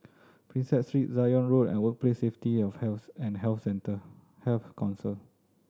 Prinsep Street Zion Road and Workplace Safety of Health and Health Centre Health Council